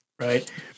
right